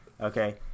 okay